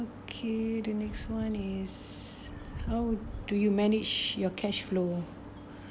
okay the next [one] is how do you manage your cash flow